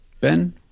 Ben